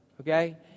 Okay